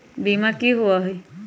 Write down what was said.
बीमा की होअ हई?